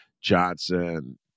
johnson